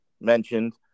mentioned